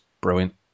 brilliant